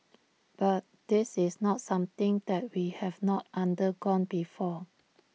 but this is not something that we have not undergone before